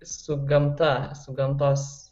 su gamta su gamtos